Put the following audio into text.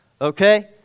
okay